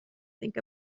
think